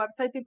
website